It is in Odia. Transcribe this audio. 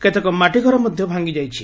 କେତେକ ମାଟି ଘର ମଧ ଭାଙ୍ଗି ଯାଇଛି